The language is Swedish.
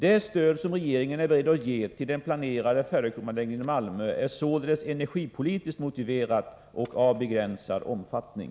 Det stöd som regeringen är beredd att ge till den planerade ferrokromanläggningen i Malmö är således energipolitiskt motiverat och av begränsad omfattning.